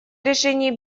решении